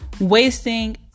wasting